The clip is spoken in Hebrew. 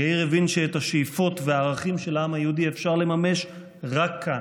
יאיר הבין שאת השאיפות והערכים של העם היהודי אפשר לממש רק כאן,